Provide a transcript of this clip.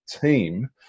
team